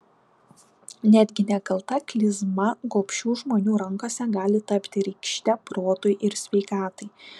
netgi nekalta klizma gobšių žmonių rankose gali tapti rykšte protui ir sveikatai